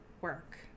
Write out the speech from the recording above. work